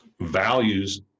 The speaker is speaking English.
values